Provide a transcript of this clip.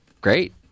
great